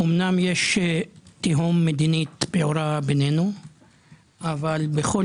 אמנם תהום מדינית פעורה בינינו אבל בכל